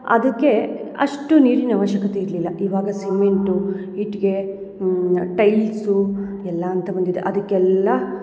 ಅದಕ್ಕೆ ಅಷ್ಟು ನೀರಿನ ಆವಶ್ಯಕತೆ ಇರಲಿಲ್ಲ ಇವಾಗ ಸಿಮೆಂಟು ಇಟ್ಗೆ ಟೈಲ್ಸು ಎಲ್ಲ ಅಂತ ಬಂದಿದೆ ಅದಕ್ಕೆಲ್ಲ